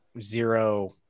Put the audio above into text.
zero